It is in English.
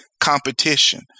competition